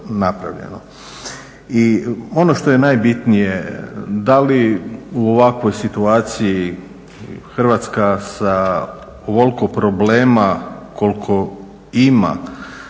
I ono što je najbitnije, da li u ovakvoj situaciji Hrvatska sa ovoliko problema koliko ima,